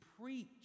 preach